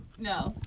No